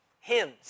hymns